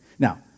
Now